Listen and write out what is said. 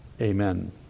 Amen